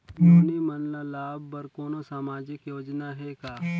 नोनी मन ल लाभ बर कोनो सामाजिक योजना हे का?